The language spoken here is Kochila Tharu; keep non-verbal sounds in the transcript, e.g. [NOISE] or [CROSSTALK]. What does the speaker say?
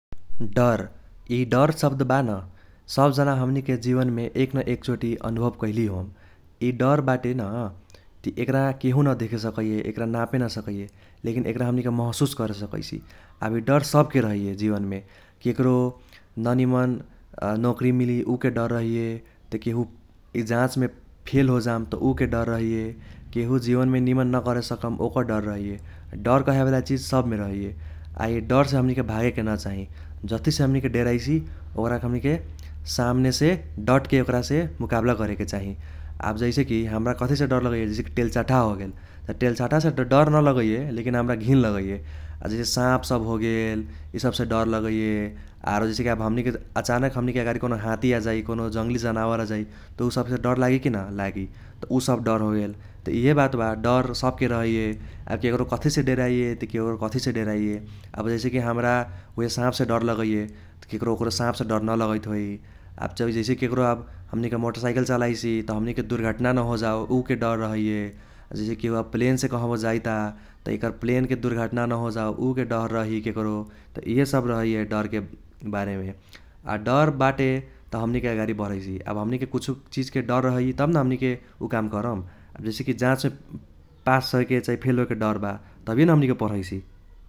डर इ डर सब्द बा न सब जाना हमनीके जीवनमे एक न एक चोटी अनुभव कैलिही होम । इ डर बाटे न त एक्रा केहु न देखेसकैये एक्रा नापे न सकैये लेकिन एक्रा हमनीके महसूस करे सकैसी । आब इ डर सबके रहैये जीवनमे, एक्रा न निमन [HESITATION] नोक्रि मिली उके डर रहैये, त केहु इ जाचमे फेल होजाम त उके डर रहैये । केहु जीवनमे निमन न करेसकम ओकर डर रहैये । डर कहेवाला चिज सबमे रहैये । आ इ डरसे हमनीके भागेके न चाही, जथीसे हमनीके डेराइसी ओक्राके हमनीके सामनेसे डटके ओक्रासे मुकाब्ला करेके चाही । आब जैसे कि हमरा कथीसे डर लगैये जैसे कि टेलचट्हा होगेल, आ टेलचट्हासे त डर न लगैये लेकिन हमरा घिन लगैये । आब जैसे सांप सब होगेल इसबसे डर लगैये, आरों जैसे कि आब हमनीके आचानक हमनीके आगारी हत्ती आजै कौनो जंगली जनावर आजाइ त उसबसे डर लागि कि न लागि, त उसब डर होगेल । त इहे बात बा डर सबके रहैये । आब केक्रो कथीसे डेराइये त केक्रो कथीसे डेराइये । आब जैसे कि हमरा उइहे सांपसे डर लगैये । त केक्रो ओक्रो सांपसे डर न लगैत होइ, आब [UNINTELLIGIBLE] जैसे केक्रो आब हमनीके मोटरसाइकल चलाइसी त हमनीके दुर्घटना न होजाओ उके डर रहैये । जैसे केहु आब प्लेनसे कहबो जाइता त एकर प्लेनके दुर्घटना न होजाओ उके डर रही केक्रो त इहे सब रहैये डरके बारेमे । आ डर बाटे त हमनीके आगारी बढैसि । आब हमनिके कुछो चिजके डर रही तब न हमनीके उ काम करम, जैसे कि जाचमे [HESITATION] पास होएके चाही फेल होएके डर बा तभिए न हमनीके पढैसि ।